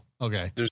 okay